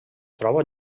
troba